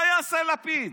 מה יעשה לפיד?